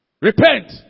Repent